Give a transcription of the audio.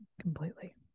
completely